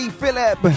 philip